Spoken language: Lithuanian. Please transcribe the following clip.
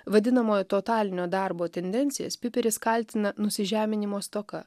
vadinamojo totalinio darbo tendencijas piperis kaltina nusižeminimo stoka